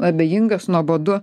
abejingas nuobodu